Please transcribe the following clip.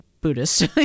Buddhist